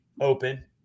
open